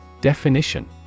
Definition